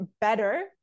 better